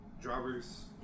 drivers